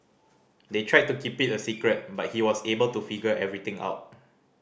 they tried to keep it a secret but he was able to figure everything out